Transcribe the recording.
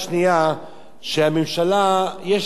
שהממשלה, יש לה אולי איזו אשליה.